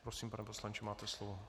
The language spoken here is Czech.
Prosím, pane poslanče, máte slovo.